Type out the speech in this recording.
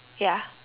ya